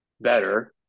better